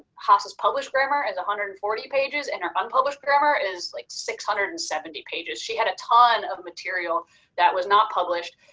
haas's published grammar is one hundred and forty pages and her unpublished grammar is like six hundred and seventy pages. she had a ton of material that was not published,